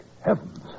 heavens